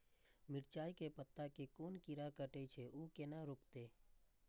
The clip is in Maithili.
मिरचाय के पत्ता के कोन कीरा कटे छे ऊ केना रुकते?